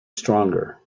stronger